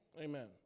Amen